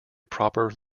proper